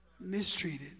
mistreated